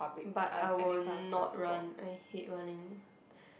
but I will not run I hate running